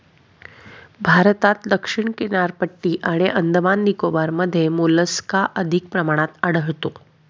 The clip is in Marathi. भारतात दक्षिण किनारपट्टी आणि अंदमान निकोबारमध्ये मोलस्का अधिक प्रमाणात आढळतो